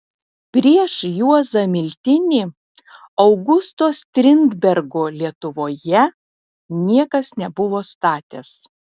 prieš juozą miltinį augusto strindbergo lietuvoje niekas nebuvo statęs